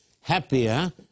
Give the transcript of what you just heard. happier